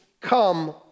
come